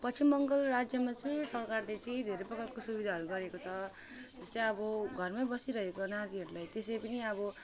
पश्चिम बङ्गाल राज्यमा चाहिँ सरकारले चाहिँ धेरै प्रकारको सुविधाहरू गरेको छ जस्तै अब घरमै बसिरहेको नारीहरूलाई त्यसै पनि अब